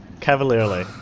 cavalierly